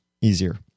easier